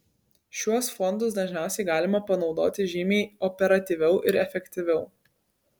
šiuos fondus dažniausiai galima panaudoti žymiai operatyviau ir efektyviau